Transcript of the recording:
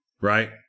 right